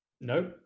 No